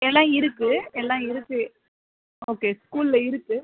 எல்லாம் இருக்குது எல்லாம் இருக்குது ஓகே ஸ்கூலில் இருக்குது